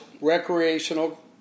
recreational